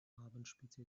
abendspitze